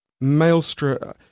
maelstrom